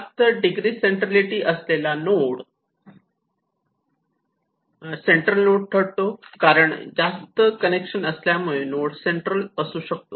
जास्त degree centrality असलेला node central ठरतो कारण जास्त कनेक्शन असल्यामुळे नोड सेंट्रल असू शकतो